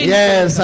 yes